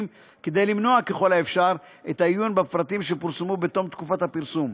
כדי למנוע ככל האפשר את העיון בפרטים שפורסמו בתום תקופת הפרסום.